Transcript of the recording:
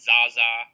Zaza